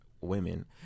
women